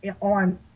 on